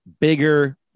Bigger